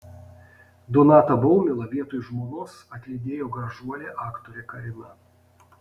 donatą baumilą vietoj žmonos atlydėjo gražuolė aktorė karina